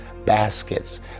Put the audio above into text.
baskets